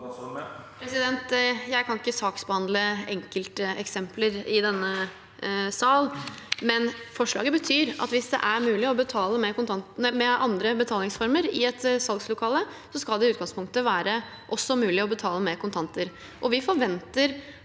Jeg kan ikke saks- behandle enkelteksempler i denne sal, men forslaget betyr at hvis det er mulig å betale med andre betalingsformer i et salgslokale, skal det i utgangspunktet også være mulig å betale med kontanter. Vi forventer